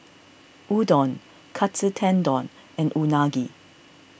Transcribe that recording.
Udon Katsu Tendon and Unagi